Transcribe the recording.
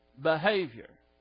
behavior